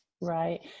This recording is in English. right